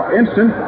instant